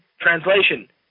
Translation